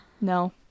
no